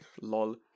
Lol